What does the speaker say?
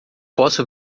posso